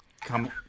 come